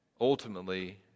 ultimately